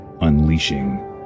unleashing